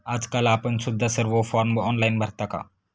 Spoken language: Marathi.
आजकाल आपण सुद्धा सर्व फॉर्म ऑनलाइन भरता का?